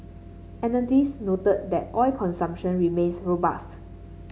analysts noted that oil consumption remains robust